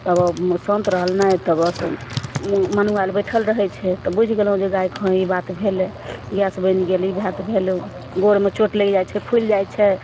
तब उ शान्त रहल नहि तऽ अपन मन्हुआयल बैठल रहय छै तऽ बुझि गेलहुँ जे गायके हँ ई बात भेलय गैस बनि गेल ई बात भेलय गोरमे चोट लागि जाइ छै फुलि जाइ छै